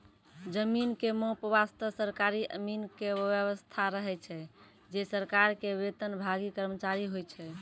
जमीन के माप वास्तॅ सरकारी अमीन के व्यवस्था रहै छै जे सरकार के वेतनभागी कर्मचारी होय छै